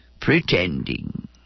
pretending